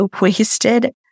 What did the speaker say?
wasted